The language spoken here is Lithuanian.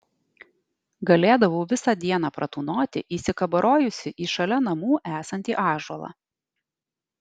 galėdavau visą dieną pratūnoti įsikabarojusi į šalia namų esantį ąžuolą